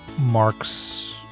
marks